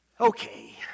Okay